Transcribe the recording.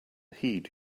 heed